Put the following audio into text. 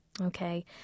Okay